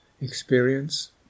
experience